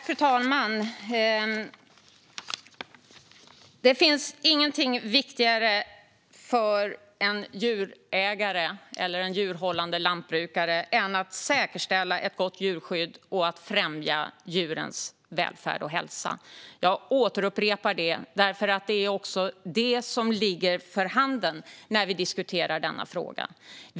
Fru talman! Det finns ingenting viktigare för en djurägare, eller en djurhållande lantbrukare, än att säkerställa ett gott djurskydd och att främja djurens välfärd och hälsa. Jag upprepar detta eftersom det ligger för handen när vi diskuterar denna fråga.